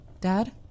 Dad